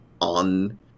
on